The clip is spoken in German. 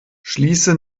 schließe